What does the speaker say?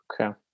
okay